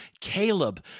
Caleb